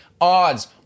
odds